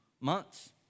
months